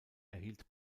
erhielt